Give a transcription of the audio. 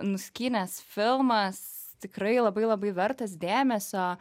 nuskynęs filmas tikrai labai labai vertas dėmesio